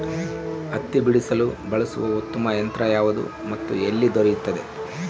ಹತ್ತಿ ಬಿಡಿಸಲು ಬಳಸುವ ಉತ್ತಮ ಯಂತ್ರ ಯಾವುದು ಮತ್ತು ಎಲ್ಲಿ ದೊರೆಯುತ್ತದೆ?